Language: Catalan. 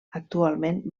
actualment